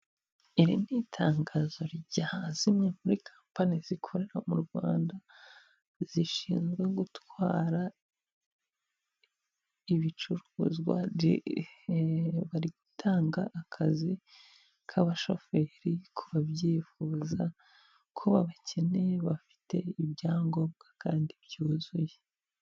Iri ni itangazo rya zimwe muri kampani zikorera mu Rwanda, zishinzwe gutwara ibicuruzwa bari gutanga akazi k' abashoferi ku babyifuza, ko babakeneye bafite ibyangombwa kandi byuzuye.